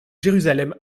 jérusalem